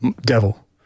Devil